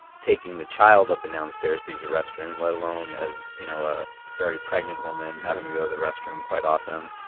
taking the child up and downstairs. use the restroom, let alone, as you know, a very pregnant woman having to go the restroom quite often.